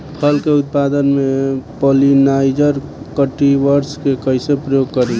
फल के उत्पादन मे पॉलिनाइजर कल्टीवर्स के कइसे प्रयोग करी?